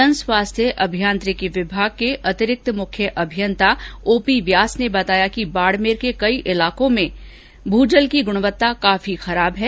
जन स्वास्थ्य अभियात्रिकी विभाग के अतिरिक्त मुख्य अभियंता ओ पी व्यास ने बेताया कि बाडमेर के कई इलाको में भूल की गुणवत्ता काफी खराब है